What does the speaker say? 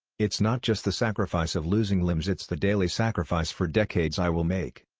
it's not just the sacrifice of losing limbs it's the daily sacrifice for decades i will make.